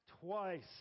twice